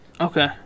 Okay